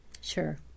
Sure